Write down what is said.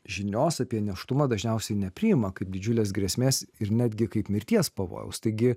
žinios apie nėštumą dažniausiai nepriima kaip didžiulės grėsmės ir netgi kaip mirties pavojaus taigi